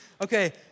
Okay